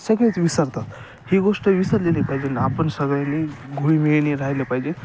सगळेच विसरतातं ही गोष्ट विसरली नाही पाहिजे आपण सगळ्यांनी घुळीमळीने राहिलं पाहिजे